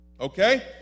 Okay